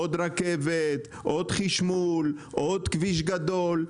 עוד רכבת, עוד חשמול, עוד כביש גדול.